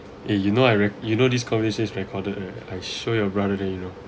eh you know I re you know this conversation is recorded right I show your brother then you know